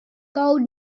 gold